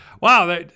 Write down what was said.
Wow